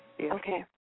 Okay